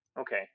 Okay